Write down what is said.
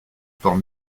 port